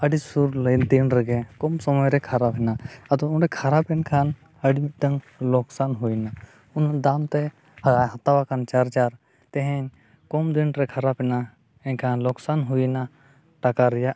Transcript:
ᱟᱹᱰᱤ ᱥᱩᱨ ᱫᱤᱱ ᱨᱮᱜᱮ ᱠᱚᱢ ᱥᱚᱢᱚᱭ ᱨᱮ ᱠᱷᱟᱨᱟᱯᱮᱱᱟ ᱟᱫᱚ ᱚᱸᱰᱮ ᱠᱷᱟᱨᱟᱯᱮᱱ ᱠᱷᱟᱱ ᱟᱹᱰᱤ ᱢᱤᱫᱴᱟᱝ ᱞᱚᱠᱥᱟᱱ ᱦᱩᱭᱱᱟ ᱩᱱᱟᱹᱜ ᱫᱟᱢᱛᱮ ᱦᱟᱛᱟᱣᱟᱠᱟᱱ ᱪᱟᱨᱡᱟᱨ ᱛᱮᱦᱮᱧ ᱠᱚᱢ ᱫᱤᱱ ᱨᱮ ᱠᱷᱟᱨᱟᱯᱮᱱᱟ ᱮᱱᱠᱷᱟᱱ ᱞᱚᱠᱥᱟᱱ ᱦᱩᱭᱮᱱᱟ ᱴᱟᱠᱟ ᱨᱮᱭᱟᱜ